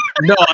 no